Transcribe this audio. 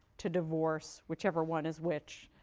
to divorce, whichever one is which.